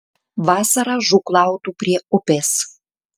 vasarą žūklautų prie upės